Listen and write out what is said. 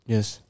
Yes